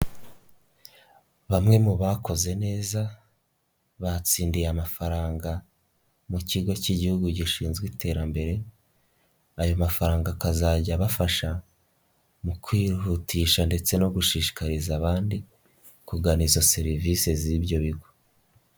Bamwe mu bakoze neza batsindiye amafaranga mu kigo k'Igihugu gishinzwe iterambere, ayo mafaranga akazajya abafasha mu kwihutisha ndetse no gushishikariza abandi kugana izo serivisi z'ibyo bigo.